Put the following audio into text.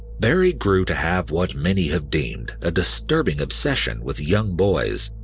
barrie grew to have what many have deemed a disturbing obsession with young boys,